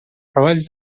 treballs